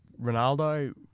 Ronaldo